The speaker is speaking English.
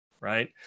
right